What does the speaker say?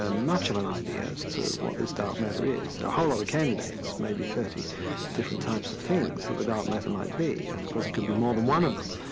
ah much of an idea as to what this dark matter is. a whole lot of candidates, maybe thirty different types of things that the dark matter might be and of course it could be more than one of them.